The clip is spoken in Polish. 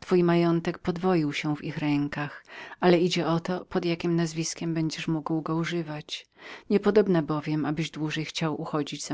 twój majątek podwoił się w ich rękach ale idzie o to pod jakiem nazwiskiem będziesz mógł go używać niepodobna bowiem abyś dłużej chciał uchodzić